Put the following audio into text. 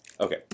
Okay